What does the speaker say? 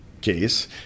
case